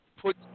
put